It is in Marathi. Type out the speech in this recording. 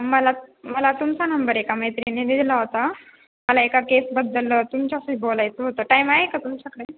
मला मला तुमचा नंबर एका मैत्रिणीने दिला होता मला एका केसबद्दल तुमच्याशी बोलायचं होतं टाईम आहे का तुमच्याकडे